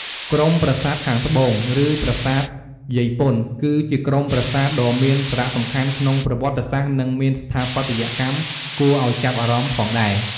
ក្រុមប្រាសាទខាងត្បូង ឬប្រាសាទយាយពន្ធ គឺជាក្រុមប្រាសាទដ៏មានសារៈសំខាន់ក្នុងប្រវត្តិសាស្ត្រនិងមានស្ថាបត្យកម្មគួរឲ្យចាប់អារម្មណ៍ផងដែរ។